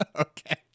Okay